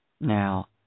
Now